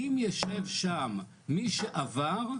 אם ישב שם מי שעבר,